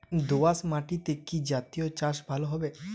দোয়াশ মাটিতে কি জাতীয় চাষ ভালো হবে?